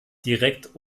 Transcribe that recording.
direkt